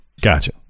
Gotcha